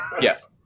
Yes